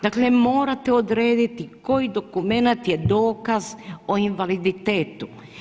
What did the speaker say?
Dakle morate odrediti koji dokument je dokaz o invaliditetu.